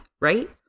right